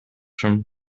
from